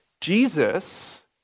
Jesus